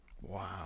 Wow